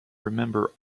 remember